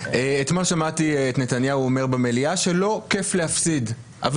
אתמול שמעתי את נתניהו אומר במליאה שלא כיף להפסיד אבל